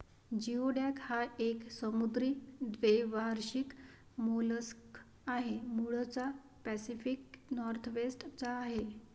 geoduck हा एक समुद्री द्वैवार्षिक मोलस्क आहे, मूळचा पॅसिफिक नॉर्थवेस्ट चा आहे